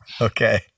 Okay